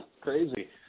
Crazy